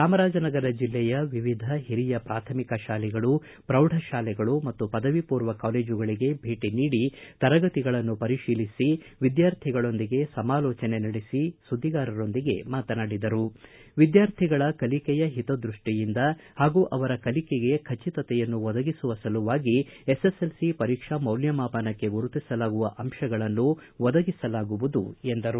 ಚಾಮರಾಜನಗರ ಜಿಲ್ಲೆಯ ವಿವಿಧ ಹಿರಿಯ ಪ್ರಾಥಮಿಕ ಶಾಲೆಗಳು ಪ್ರೌಢಶಾಲೆಗಳು ಮತ್ತು ಪದವಿಪೂರ್ವ ಕಾಲೇಜುಗಳಿಗೆ ಭೇಟಿ ನೀಡಿ ತರಗತಿಗಳನ್ನು ಪರಿಶೀಲಿಸಿ ವಿದ್ಯಾರ್ಥಿಗಳೊಂದಿಗೆ ಸಮಾಲೋಚನೆ ಮಾಡಿದ ನಂತರ ಅವರು ಸುದ್ದಿಗಾರರೊಂದಿಗೆ ಮಾತನಾಡಿ ವಿದ್ಕಾರ್ಥಿಗಳ ಕಲಿಕೆಯ ಹಿತದ್ಯಷ್ಟಿಯಿಂದ ಹಾಗೂ ಅವರ ಕಲಿಕೆಗೆ ಖಚಿತತೆಯನ್ನು ಒದಗಿಸುವ ಸಲುವಾಗಿ ಎಸ್ಎಸ್ಎಲ್ಸಿ ಪರೀಕ್ಷಾ ಮೌಲ್ಯಮಾಪನಕ್ಕೆ ಗುರುತಿಸಲಾಗುವ ಅಂಶಗಳನ್ನು ಒದಗಿಸಲಾಗುವುದು ಎಂದರು